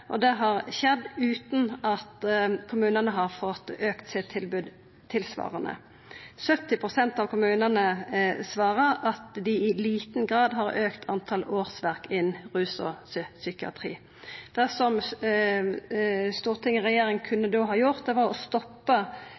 helse. Det har skjedd utan at kommunane har fått auka tilbodet sitt tilsvarande. 70 pst. av kommunane svarar at dei i liten grad har auka talet på årsverk innan rus og psykiatri. Det storting og regjering da kunne gjort, var å